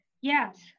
Yes